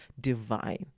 divine